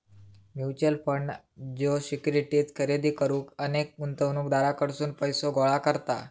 mutual fund ज्यो securities खरेदी करुक अनेक गुंतवणूकदारांकडसून पैसो गोळा करता